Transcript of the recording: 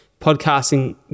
podcasting